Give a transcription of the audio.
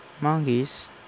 monkeys